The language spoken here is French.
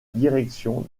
direction